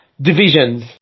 Divisions